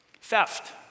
theft